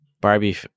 Barbie